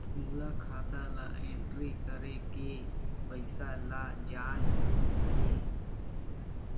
मोला खाता ला एंट्री करेके पइसा ला जान हे?